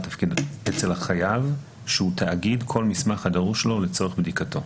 תפקיד אצל החייב שהוא תאגיד כל מסמך הדרוש לו לצורך בדיקתו".